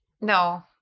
no